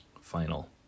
Final